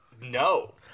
No